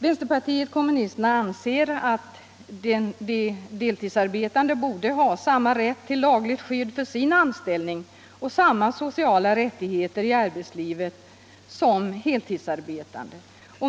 Vänsterpartiet kommunisterna anser att de deltidsarbetande borde ha samma rät till lagligt skydd för sin anställning och samma sociala riättigheter i arbetslivet som heltidsarbetande.